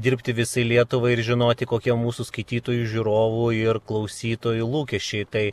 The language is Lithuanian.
dirbti visai lietuvai ir žinoti kokie mūsų skaitytojų žiūrovų ir klausytojų lūkesčiai tai